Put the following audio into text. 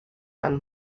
and